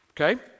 Okay